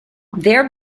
their